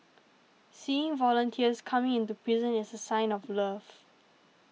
seeing volunteers coming into prison is a sign of love